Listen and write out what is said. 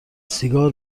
سیگار